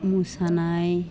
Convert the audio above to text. मोसानाय